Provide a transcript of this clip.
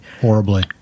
horribly